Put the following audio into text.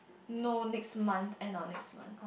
no next month end of next month